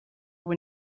when